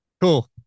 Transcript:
Cool